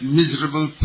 miserable